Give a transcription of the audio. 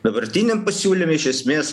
dabartiniam pasiūlyme iš esmės